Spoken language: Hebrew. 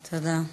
תודה.